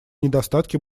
недостатки